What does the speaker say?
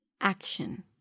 action